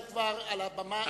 הדובר לא יודע שהוא כבר על הבמה,